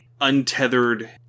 untethered